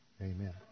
Amen